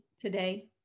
today